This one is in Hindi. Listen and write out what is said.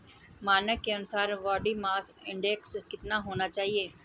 मानक के अनुसार बॉडी मास इंडेक्स कितना होना चाहिए?